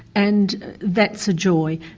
and that's a joy.